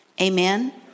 amen